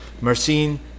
Marcin